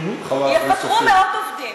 יפטרו מאות עובדים,